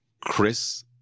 Chris